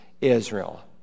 Israel